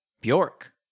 Bjork